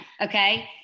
Okay